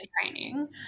training